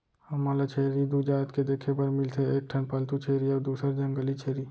हमन ल छेरी दू जात के देखे बर मिलथे एक ठन पालतू छेरी अउ दूसर जंगली छेरी